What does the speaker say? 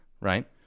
Right